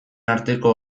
arteko